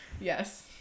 Yes